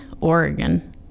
oregon